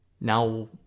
Now